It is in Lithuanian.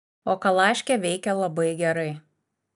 o kalaškė veikia labai gerai